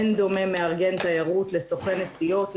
אין דומה מארגן תיירות לסוכן נסיעות,